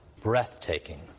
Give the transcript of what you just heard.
breathtaking